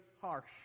harsh